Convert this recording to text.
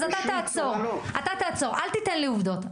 אל תיתן לי עובדות.